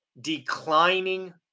declining